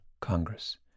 Congress